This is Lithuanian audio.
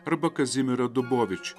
arba kazimira dubovič